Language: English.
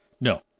No